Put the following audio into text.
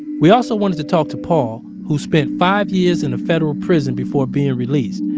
we also wanted to talk to paul who spent five years in a federal prison before being released,